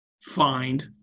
find